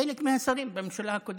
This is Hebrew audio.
גם חלק מהשרים בממשלה הקודמת,